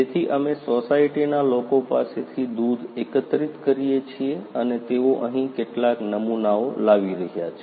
તેથી અમે સોસાયટીના લોકો પાસેથી દૂધ એકત્રિત કરીએ છીએ અને તેઓ અહીં કેટલાક નમૂનાઓ લાવી રહ્યા છે